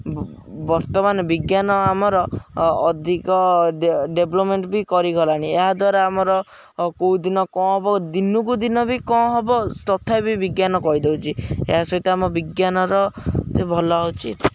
ବର୍ତ୍ତମାନ ବିଜ୍ଞାନ ଆମର ଅଧିକ ଡେ ଡେଭଲପମେଣ୍ଟ ବି କରିଗଲାଣି ଏହାଦ୍ୱାରା ଆମର କେଉଁ ଦିନ କଣ ହବ ଦିନକୁ ଦିନ ବି କଣ ହବ ତଥାପି ବିଜ୍ଞାନ କହିଦଉଛି ଏହା ସହିତ ଆମ ବିଜ୍ଞାନର ଭଲ ହଉଛି